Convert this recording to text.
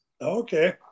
Okay